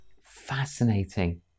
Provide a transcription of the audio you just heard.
Fascinating